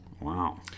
Wow